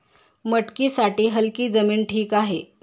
मटकीसाठी हलकी जमीन ठीक आहे